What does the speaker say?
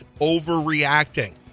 overreacting